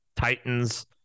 Titans